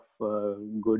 good